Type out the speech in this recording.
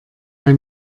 bei